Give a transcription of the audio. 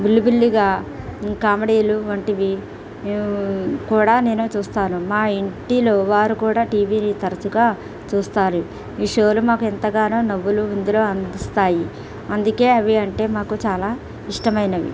బుల్లి బుల్లిగా కామెడీలు వంటివి కూడా నేను చూస్తాను మా ఇంటిలో వారు కూడా టీవీని తరచుగా చూస్తారు ఈ షోలు మాకు ఎంతగానో నవ్వులు విందులు అందిస్తాయి అందుకని అవి అంటే మాకు చాలా ఇష్టమైనవి